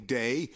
day